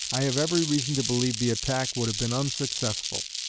i have every reason to believe the attack would have been unsuccessful,